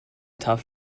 tough